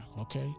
okay